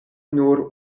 nur